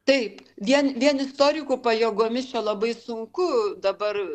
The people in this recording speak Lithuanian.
taip vien vien istorikų pajėgomis čia labai sunku dabar